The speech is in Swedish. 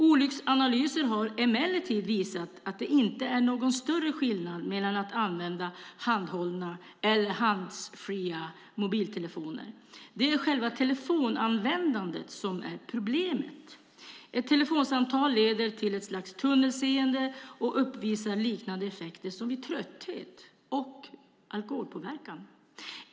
Olycksanalyser har emellertid visat att det inte är någon större skillnad mellan att använda handhållna och att använda så kallade handsfria mobiltelefoner. Det är själva telefonanvändandet som är problemet. Ett telefonsamtal leder till ett slags tunnelseende och uppvisar liknande effekter som vid trötthet och alkoholpåverkan.